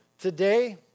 today